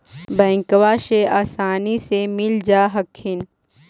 बैंकबा से आसानी मे मिल जा हखिन?